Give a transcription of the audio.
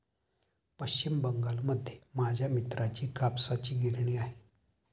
पश्चिम बंगालमध्ये माझ्या मित्राची कापसाची गिरणी आहे